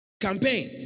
campaign